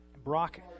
Brock